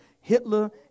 Hitler